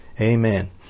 Amen